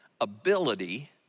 ability